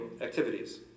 activities